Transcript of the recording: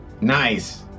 Nice